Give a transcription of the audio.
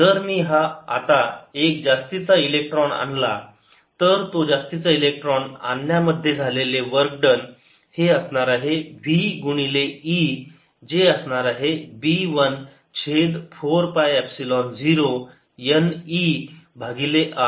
जर मी आता एक जास्तीचा इलेक्ट्रॉन आणला तर तो जास्तीचा इलेक्ट्रॉन आणण्यामध्ये झालेले वर्क डन हे असणार आहे v गुणिले e जे असणार आहे b 1 छेद 4 पाय एपसिलोन 0 n e भागिले r